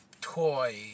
toy